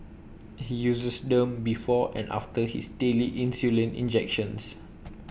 he uses them before and after his daily insulin injections